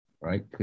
Right